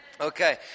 Okay